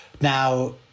Now